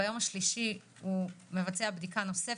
ביום השלישי הוא מבצע בדיקה נוספת.